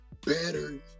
better